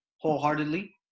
wholeheartedly